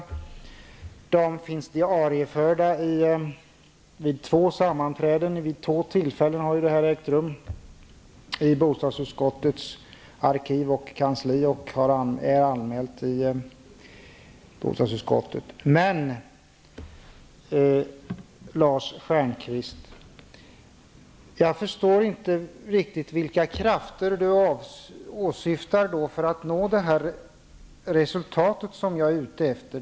Och de har blivit diarieförda vid två sammanträden i bostadsutskottet och finns i bostadsutskottets arkiv. Jag förstår inte riktigt vilka krafter Lars Stjernkvist åsyftar för att nå det resultat som jag är ute efter.